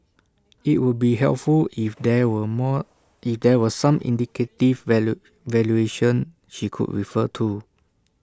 IT would be helpful if there were more there were some indicative value valuation she could refer to